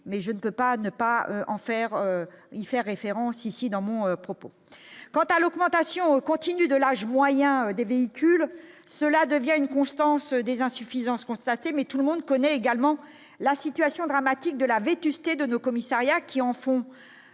pas en faire, il fait référence ici dans mon propos quant à l'augmentation continue de l'âge moyen des véhicules, cela devient une constance des insuffisances constatées, mais tout le monde connaît également la situation dramatique de la vétusté de nos commissariats qui en font,